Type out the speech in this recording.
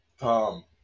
Tom